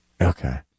Okay